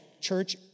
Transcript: church